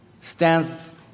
stands